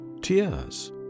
tears